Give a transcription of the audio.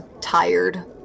tired